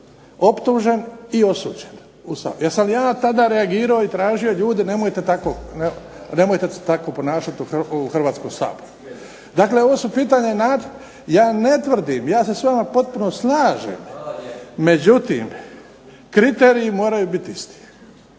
optužen i osuđen, jesam li ja tada reagirao i tražio ljude nemojte tako, nemojte se tako ponašati u Hrvatskom saboru. Dakle ovo su pitanja, ja ne tvrdim, ja se s vama potpuno slažem, međutim kriteriji mogu biti isti.